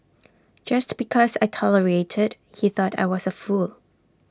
just because I tolerated he thought I was A fool